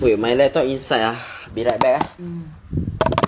wait my laptop inside ah be right back ah